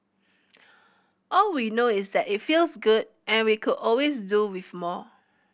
all we know is that it feels good and we could always do with more